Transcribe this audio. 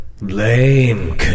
Lame